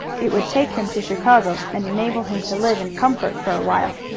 it would take him to chicago and enable him to live in comfort for a while.